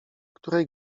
której